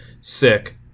Sick